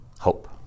Hope